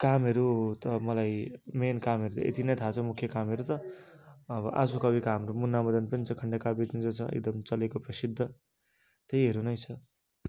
कामहरू त मलाई मेन कामहरू त यति नै थाहा छ मुख्य कामहरू त अब आँसु कविको हाम्रो मुना मदन पनि खण्ड काव्य छ एकदम चलेको प्रसिद्ध त्यहीहरू नै छ